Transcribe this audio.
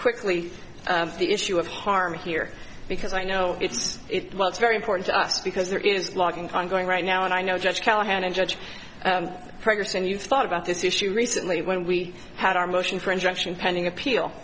quickly the issue of harm here because i know it's well it's very important to us because there is logging on going right now and i know judge callahan and judge progress and you thought about this issue recently when we had our motion for injunction pending appeal